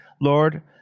Lord